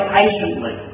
patiently